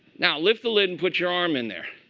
now, lift the lid and put your arm in there.